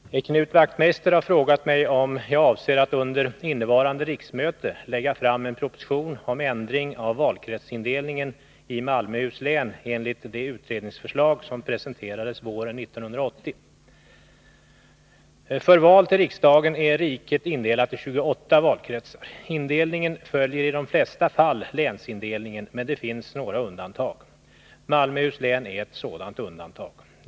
Herr talman! Knut Wachtmeister har frågat mig om jag avser att under innevarande riksmöte lägga fram en proposition om ändring av valkretsindelningen i Malmöhus län enligt det utredningsförslag som presenterades våren 1980. För val till riksdagen är riket indelat i 28 valkretsar. Indelningen följer i de flesta fall länsindelningen, men det finns några undantag. Malmöhus län är ett sådant undantag.